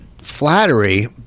flattery